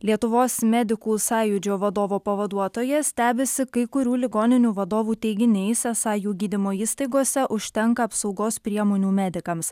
lietuvos medikų sąjūdžio vadovo pavaduotoja stebisi kai kurių ligoninių vadovų teiginiais esą jų gydymo įstaigose užtenka apsaugos priemonių medikams